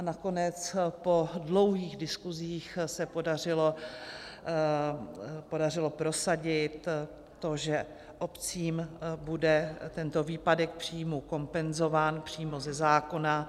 Nakonec po dlouhých diskusích se podařilo prosadit, že obcím bude tento výpadek příjmů kompenzován přímo ze zákona.